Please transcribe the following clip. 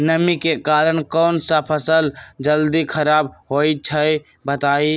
नमी के कारन कौन स फसल जल्दी खराब होई छई बताई?